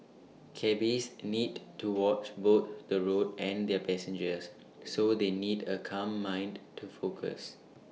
cabbies need to watch both the road and their passengers so they need A calm mind to focus